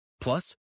Plus